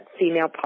female